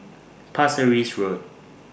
Pasir Ris Road